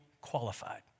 qualified